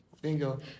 bingo